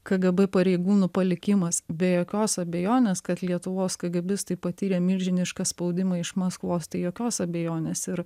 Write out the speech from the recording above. kgb pareigūnų palikimas be jokios abejonės kad lietuvos kagėbistai patyrė milžinišką spaudimą iš maskvos tai jokios abejonės ir